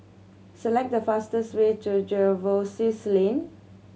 select the fastest way to Jervois Lane